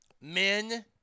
Men